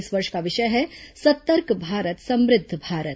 इस वर्ष का विषय है सतर्क भारत समृद्ध भारत